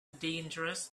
dangerous